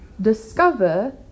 discover